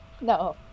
no